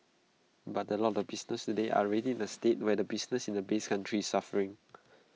but A lot of businesses today are already in A state where the business in the base country is suffering